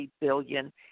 billion